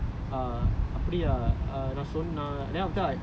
அவர்ட்டே உன் கஷட்டத்தே சொல்லலே:avarttae un kasattathae sollalae and all and then I was like